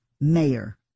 mayor